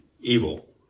evil